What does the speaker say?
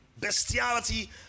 Bestiality